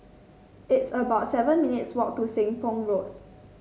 it's about seven minutes' walk to Seng Poh Road